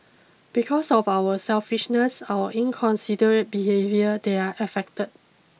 because of our selfishness our inconsiderate behaviour they are affected